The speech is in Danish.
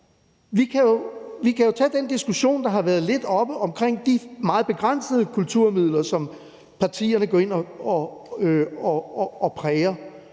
Vi kan jo tage den diskussion, der har været lidt oppe, omkring de meget begrænsede kulturmidler, som partierne går ind og præger.